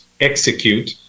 execute